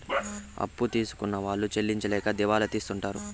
అప్పు తీసుకున్న వాళ్ళు చెల్లించలేక దివాళా తీసింటారు